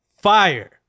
fire